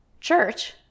Church